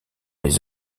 les